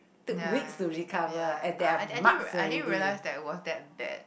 ya ya I I didn't I didn't realize that it was that bad